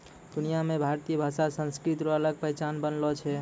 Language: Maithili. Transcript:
दुनिया मे भारतीय भाषा संस्कृति रो अलग पहचान बनलो छै